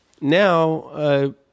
now